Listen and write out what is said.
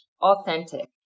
authentic